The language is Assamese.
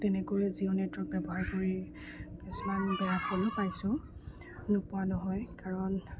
তেনেকৈ জিঅ' নেটৱৰ্ক ব্যৱহাৰ কৰি কিছুমান বেয়া ফলো পাইছোঁ নোপোৱা নহয় কাৰণ